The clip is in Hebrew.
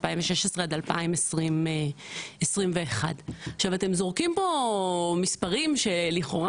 2016-2021. אתם זורקים פה מספרים שלכאורה